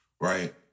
right